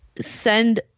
send